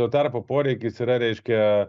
tuo tarpu poreikis yra reiškia